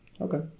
okay